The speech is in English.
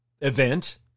event